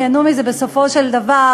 ייהנו מזה בסופו של דבר,